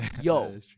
Yo